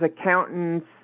accountants